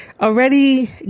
already